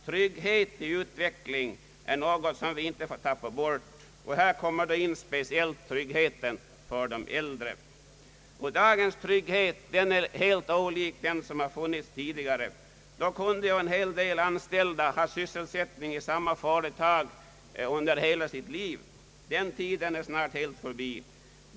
Trygghet i utveckling är något som vi inte får tappa bort, speciellt tryggheten för de äldre. Dagens trygghet är helt olik den som funnits tidigare. Då kunde ju en hel del anställda ha sysselsättning i samma företag under hela sitt liv. Den tiden är snart helt förbi.